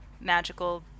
magical